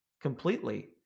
completely